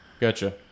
Gotcha